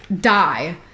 die